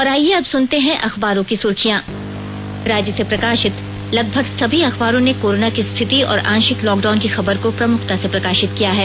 और आइये अब सुनते हैं अखबारों की सुर्खियां राज्य से प्रकाशित लगभग सभी अखबारों ने कोरोना की स्थिति और आंशिक लॉकडाउन की खबर को प्रमुखता से प्रकाशित किया है